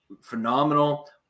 phenomenal